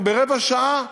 אנחנו מגיעים ברבע שעה